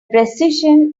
precision